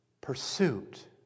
pursuit